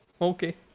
Okay